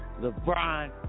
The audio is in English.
LeBron